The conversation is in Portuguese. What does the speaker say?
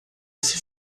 esse